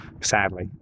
Sadly